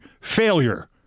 failure